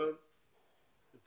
בדיון הוועדה.